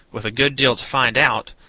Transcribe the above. with a good deal to find out,